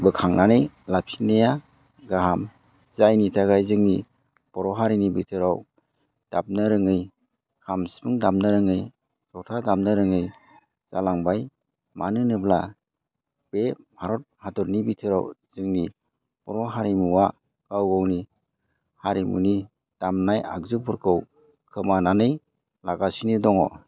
बोखांनानै लाखिनाया गाहाम जायनि थाखाय जोंनि बर' हारिनि भिथोराव दामनो रोङै खाम सिफुं दामनो रोङै जथा दामनो रोङै जालांबाय मानो होनोब्ला बे भारत हादरनि भिथोराव जोंनि बर' हारिमुआ गाव गावनि हारिमुनि दामनाय आगजुफोरखौ खोमानानै लागासिनो दङ